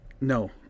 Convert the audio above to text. No